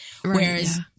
whereas